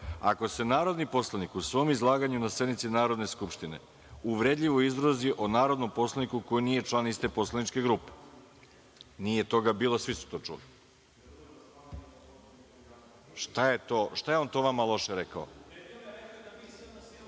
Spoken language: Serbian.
ako se narodni poslanik u svom izlaganju na sednici Narodne skupštine uvredljivo izrazi o narodnom poslaniku koji nije član iste poslaničke grupe, nije toga bilo, svi su to čuli. Šta je on to vama loše